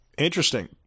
Interesting